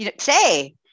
say